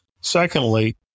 Secondly